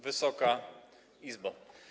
Wysoka Izbo!